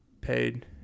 paid